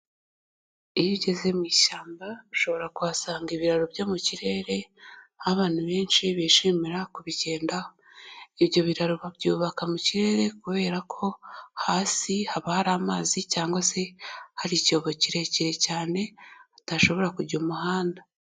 Iyo ugeze mu ishyamba ushobora kuhasanga ibiraro byo mu kirere aho abantu benshi bishimira kubigendaho, ibyo biraro babyubaka mu kirere kubera ko hasi haba hari amazi cyangwa se hari icyobo kirekire cyane, hatashobora kujya umuhanda.